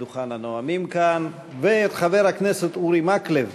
לדוכן הנואמים כאן, ואת חבר הכנסת אורי מקלב